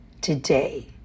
today